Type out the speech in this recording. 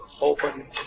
open